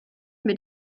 mit